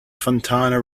fontana